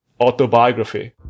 autobiography